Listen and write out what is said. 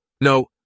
no